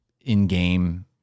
in-game